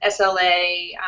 SLA